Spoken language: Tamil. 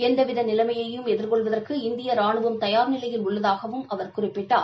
எந்தவித நிலைமையும் எதிர்கொள்வதற்கு இந்திய ரானுவம் தயார் நிலையில் உள்ளதாகவும் அவர் குறிப்பிட்டார்